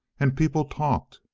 and people talked.